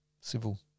civil